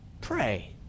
pray